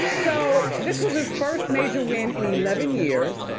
so this was his first major win in eleven years,